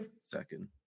second